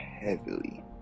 heavily